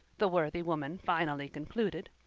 the worthy woman finally concluded.